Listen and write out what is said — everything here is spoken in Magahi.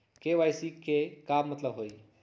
के.वाई.सी के का मतलब हई?